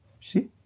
see